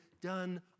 done